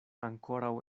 ankoraŭ